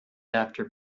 after